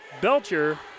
Belcher